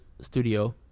studio